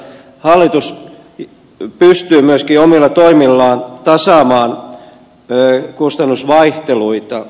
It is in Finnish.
hallitus pystyy myöskin omilla toimillaan tasaamaan kustannusvaihteluita